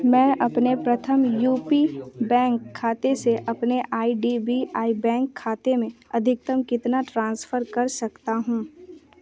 मैं अपने Pratham U P bank खाते से अपने I D B I bank खाते में अधिकतम कितना ट्रांसफ़र कर सकता हूँ